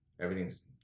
everything's